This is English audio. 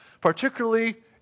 particularly